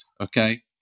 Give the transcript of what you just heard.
okay